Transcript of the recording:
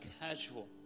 casual